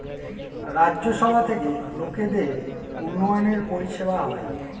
রাজ্য সভা থেকে লোকদের উন্নয়নের পরিষেবা হয়